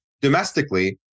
domestically